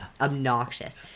obnoxious